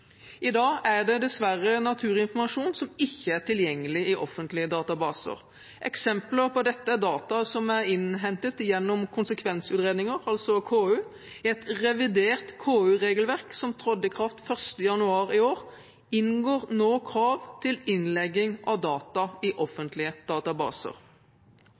I dag er det dessverre naturinformasjon som ikke er tilgjengelig i offentlige databaser. Eksempler på dette er data som er innhentet gjennom konsekvensutredninger, altså KU. I et revidert KU-regelverk som trådte i kraft 1. januar i år, inngår nå krav til innlegging av data i offentlige databaser.